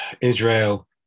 Israel